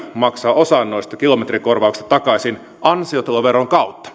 noista kilometrikorvauksista takaisin ansiotuloveron